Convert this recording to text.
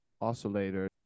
oscillator